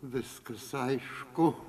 viskas aišku